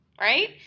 right